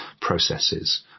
processes